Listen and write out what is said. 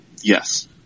Yes